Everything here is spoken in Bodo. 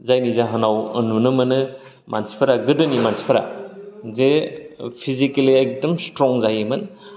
जायनि जाहोनाव नुनो मोनो मानसिफोरा गोदोनि मानसिफोरा जे फिसिकेलि एकदम स्थ्रं जायोमोन